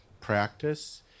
practice